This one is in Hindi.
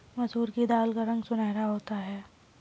मसूर की दाल का रंग सुनहरा होता है